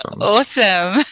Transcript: awesome